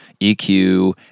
EQ